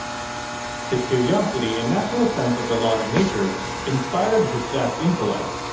his curiosity and natural sense of the laws of nature inspired his vast intellect.